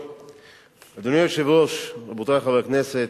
אדוני היושב-ראש, רבותי חברי הכנסת,